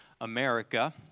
America